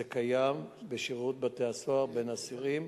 זה קיים בשירות בתי-הסוהר בין אסירים,